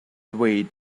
swayed